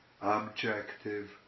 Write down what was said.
objective